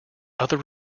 other